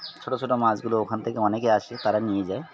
ছোট ছোট মাছগুলো ওখান থেকে অনেকে আসে তারা নিয়ে যায়